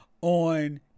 on